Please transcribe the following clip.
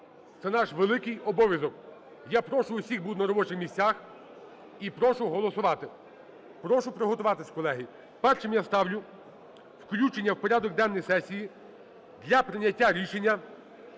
Це наш великий обов'язок. Я прошу усіх бути на робочих місцях і прошу голосувати. Прошу приготуватись, колеги. Першим я ставлю включення в порядок денний сесії для прийняття рішення